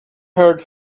heard